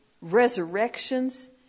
resurrections